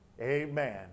amen